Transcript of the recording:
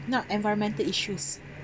not environmental issues